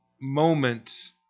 moments